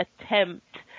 attempt